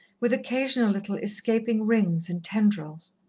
with occasional little escaping rings and tendrils.